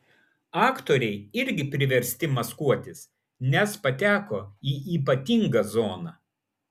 aktoriai irgi priversti maskuotis nes pateko į ypatingą zoną